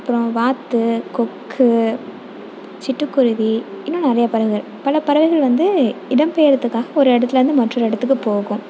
அப்புறம் வாத்து கொக்கு சிட்டுக்குருவி இன்னும் நிறையாப் பறவை பல பறவைகள் வந்து இடம் பெயர்றதுக்காக ஒரு இடத்துல இருந்து மற்றொரு இடத்துக்குப் போகும்